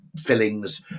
fillings